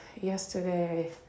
yesterday